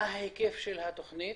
מה היקף התכנית?